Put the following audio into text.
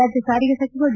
ರಾಜ್ಯ ಸಾರಿಗೆ ಸಚಿವ ಡಿ